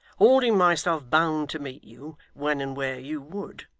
holding myself bound to meet you, when and where you would.